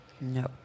No